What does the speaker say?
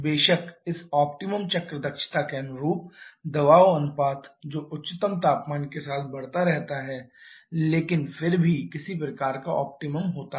बेशक इस ऑप्टिमम चक्र दक्षता के अनुरूप दबाव अनुपात जो उच्चतम तापमान के साथ बढ़ता रहता है लेकिन फिर भी किसी प्रकार का ऑप्टिमम होता है